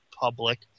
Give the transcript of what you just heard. public